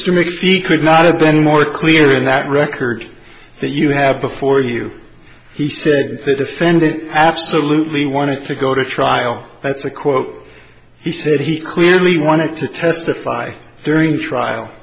remake she could not have been more clear in that record that you have before you he said the defendant absolutely wanted to go to trial that's a quote he said he clearly wanted to testify during the trial